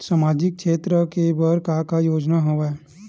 सामाजिक क्षेत्र के बर का का योजना हवय?